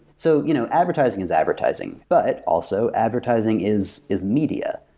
so you know advertising is advertising, but also, advertising is is media,